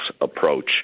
approach